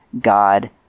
god